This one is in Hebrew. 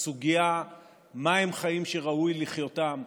הסוגיה מהם חיים שראוי לחיותם,